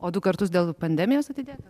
o du kartus dėl pandemijos atidėta